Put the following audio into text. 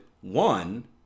one